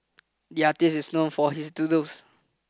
the artist is known for his doodles